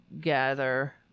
gather